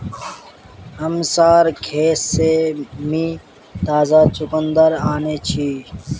हमसार खेत से मी ताजा चुकंदर अन्याछि